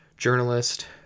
journalist